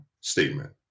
statement